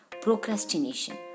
procrastination